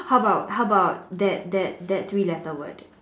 how about how about that that that three letter word